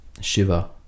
Shiva